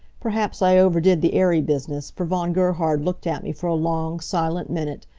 perhaps i overdid the airy business, for von gerhard looked at me for a long, silent minute,